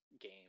game